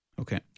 Okay